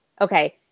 Okay